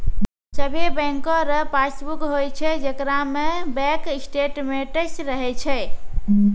सभे बैंको रो पासबुक होय छै जेकरा में बैंक स्टेटमेंट्स रहै छै